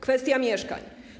Kwestia mieszkań.